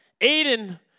Aiden